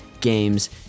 games